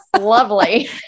Lovely